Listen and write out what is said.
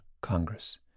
Congress